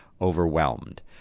overwhelmed